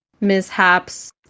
mishaps